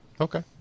Okay